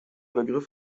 begriff